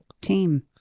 team